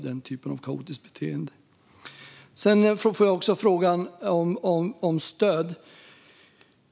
Jag får också frågan om stöd.